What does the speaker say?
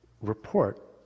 report